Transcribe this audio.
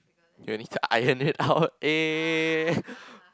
you'll need to iron it out eh